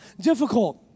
difficult